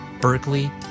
Berkeley